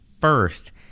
first